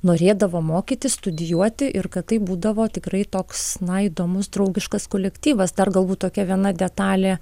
norėdavo mokytis studijuoti ir kad tai būdavo tikrai toks na įdomus draugiškas kolektyvas dar galbūt tokia viena detalė